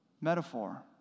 metaphor